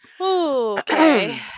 Okay